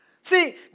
See